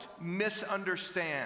misunderstand